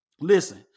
Listen